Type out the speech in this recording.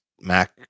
Mac